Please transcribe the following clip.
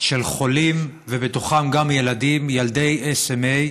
של חולים, ובתוכם גם ילדים, ילדיSMA ,